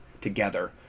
together